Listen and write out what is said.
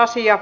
asia